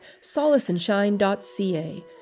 solaceandshine.ca